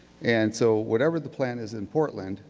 and so whatever the plan is in portland,